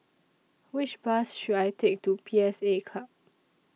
Which Bus should I Take to P S A Club